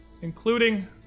including